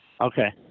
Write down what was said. Okay